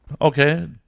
okay